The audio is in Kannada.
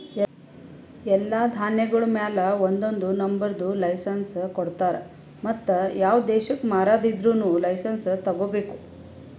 ಎಲ್ಲಾ ಧಾನ್ಯಗೊಳ್ ಮ್ಯಾಲ ಒಂದೊಂದು ನಂಬರದ್ ಲೈಸೆನ್ಸ್ ಕೊಡ್ತಾರ್ ಮತ್ತ ಯಾವ ದೇಶಕ್ ಮಾರಾದಿದ್ದರೂನು ಲೈಸೆನ್ಸ್ ತೋಗೊಬೇಕು